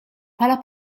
bħala